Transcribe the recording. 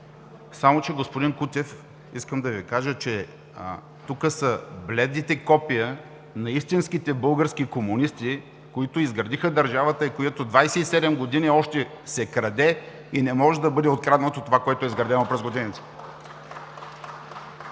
Само че, господин Кутев, искам да Ви кажа, че тук са бледите копия на истинските български комунисти, които изградиха държавата. 27 години още се краде и не може да бъде откраднато това, което е изградено през годините.